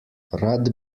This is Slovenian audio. rad